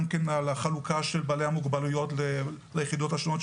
גם על החלוקה של בעלי המוגבלויות ליחידות השונות,